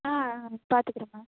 ஆ ஆ பார்த்துக்கிறேன் மேம்